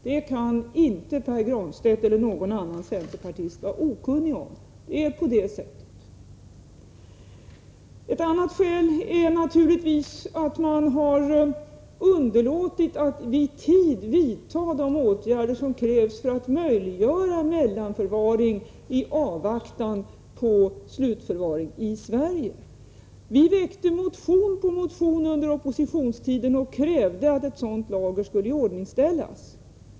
Det kan inte Pär Granstedt eller någon annan centerpartist vara okunnig om. Det är på det sättet. Ett annat skäl är naturligtvis att man har underlåtit att i tid vidta de åtgärder som krävs för att möjliggöra mellanförvaring i avvaktan på slutförvaring i Sverige. Vi väckte motion på motion under oppositionstiden och krävde att ett sådant lager skulle iordningställas.